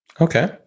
Okay